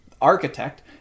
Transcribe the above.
Architect